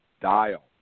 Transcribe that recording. dial